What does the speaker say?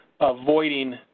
avoiding